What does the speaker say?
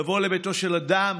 לבוא לביתו של אדם